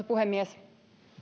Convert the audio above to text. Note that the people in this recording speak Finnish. puhemies